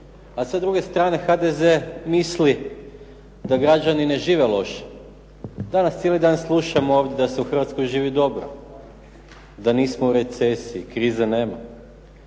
A sa druge strane, HDZ misli da građani ne žive loše. Danas cijeli dan slušamo ovdje da se u Hrvatskoj živi dobro, da nismo u recesiji. Krize nema.